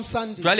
Sunday